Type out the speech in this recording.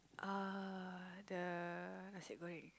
uh the nasi-goreng